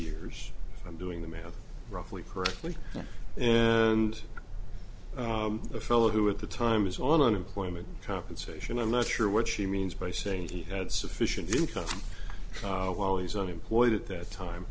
years i'm doing the math roughly correctly in the fellow who at the time is on unemployment compensation i'm not sure what she means by saying he had sufficient income while he's only employed at this time